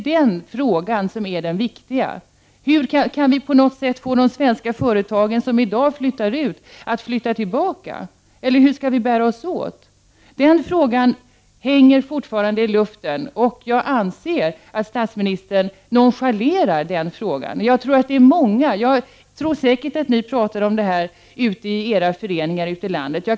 Detta är viktiga saker. Kan vi på något sätt få de svenska företag som i dag flyttar utomlands att flytta tillbaka, eller hur skall vi bära oss åt? Den frågan hänger fortfarande i luften, och jag anser att statsministern nonchalerar den. Jag är säker på att många här talar om dessa saker ute i olika föreningar ute i landet.